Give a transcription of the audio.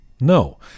No